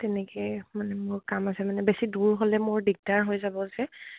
তেনেকে মানে মোৰ কাম আছে মানে বেছি দূৰ হ'লে মোৰ দিগদাৰ হৈ যাব যে